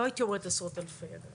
לא הייתי אומרת עשרות אלפי.